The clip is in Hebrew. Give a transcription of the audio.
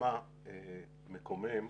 נשמע מקומם,